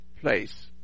place